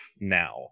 now